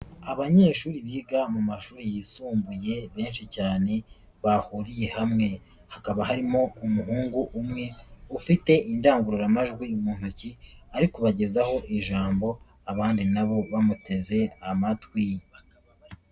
Abanyeshuri biga mu mashuri yisumbuye benshi cyane bahuriye hamwe, hakaba harimo umuhungu umwe ufite indangururamajwi mu ntoki ari kubagezaho ijambo abandi na bo bamuteze amatwi.